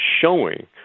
showing